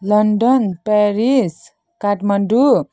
London Paris Kathmandu